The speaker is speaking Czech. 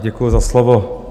Děkuji za slovo.